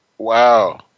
Wow